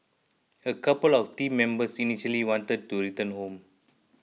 a couple of the team members initially wanted to return home